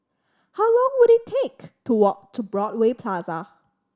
how long will it take to walk to Broadway Plaza